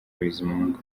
bizimungu